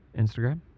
Instagram